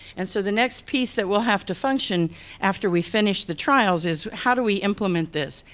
and so the next piece that we'll have to function after we finish the trials is how do we implement this?